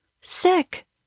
Sick